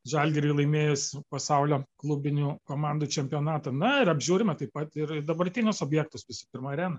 žalgiriui laimėjus pasaulio klubinių komandų čempionatą na ir apžiūrime taip pat ir dabartinius objektus visų pirma areną